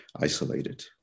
isolated